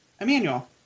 Emmanuel